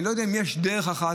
אני לא יודע אם יש דרך אחת,